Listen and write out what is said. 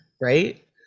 right